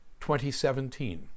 2017